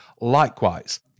likewise